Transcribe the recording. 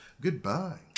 Goodbye